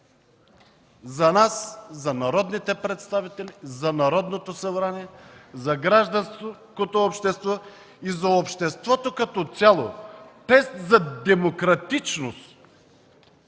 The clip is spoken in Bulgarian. за нас, за народните представители, за Народното събрание, за гражданското общество и за обществото като цяло, тест за демократичност,